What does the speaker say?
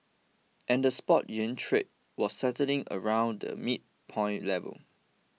and the spot yuan trade was settling around the midpoint level